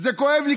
זה כואב לי,